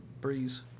Breeze